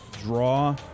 draw